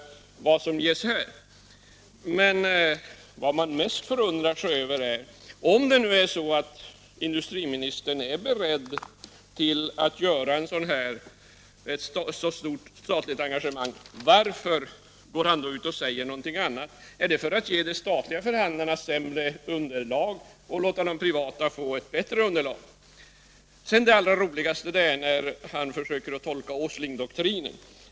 Vad jag mest förundrar mig över är att industriministern — om han nu är beredd till ett så här stort statligt engagemang — går ut och säger någonting annat. Är det för att ge de statliga förhandlarna ett sämre underlag och de privata ett bättre.? Men det roligaste är när herr Sjönell försöker tolka Åslingdoktrinen.